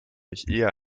eher